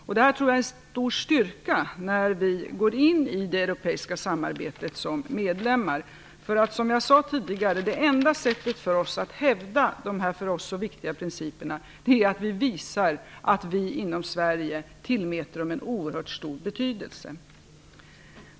Jag tror att detta är en stor styrka när vi går in i det europeiska samarbetet som medlemmar. Som jag sade tidigare är det enda sättet för oss att hävda dessa för oss så viktiga principerna att vi visar att vi i Sverige tillmäter dem en oerhört stor betydelse.